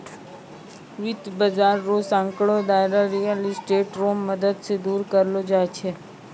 वित्त बाजार रो सांकड़ो दायरा रियल स्टेट रो मदद से दूर करलो जाय छै